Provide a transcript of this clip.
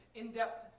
in-depth